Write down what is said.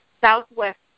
Southwest